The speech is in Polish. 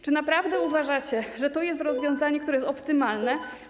Czy naprawdę uważacie, że to jest rozwiązanie, które jest optymalne?